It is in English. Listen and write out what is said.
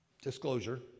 disclosure